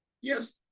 yes